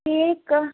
cake